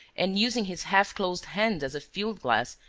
and, using his half-closed hands as a field-glass,